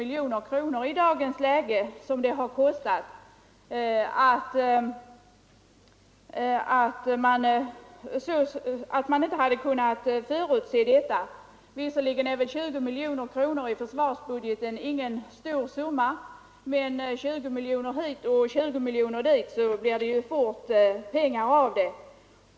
Kostnaderna rör sig faktiskt om ett belopp på närmare 20 miljoner kronor i dagens läge. Visserligen är 20 miljoner kronor ingen stor summa i försvarsbudgeten, men 20 miljoner hit och 20 miljoner dit blir fort stora belopp!